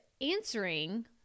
answering